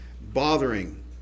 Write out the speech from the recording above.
bothering